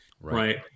right